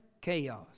Chaos